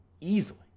easily